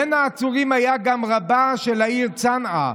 בין העצורים היה גם רבה של העיר צנעא,